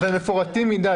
הם מפורטים מדי.